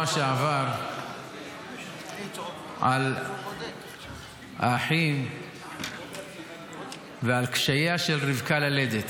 שעבר על האחים ועל קשייה של רבקה ללדת.